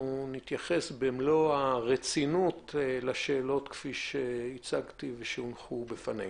נתייחס במלוא הרצינות לשאלות שהונחו בפנינו.